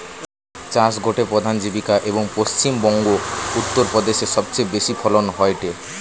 চাষ গটে প্রধান জীবিকা, এবং পশ্চিম বংগো, উত্তর প্রদেশে সবচেয়ে বেশি ফলন হয়টে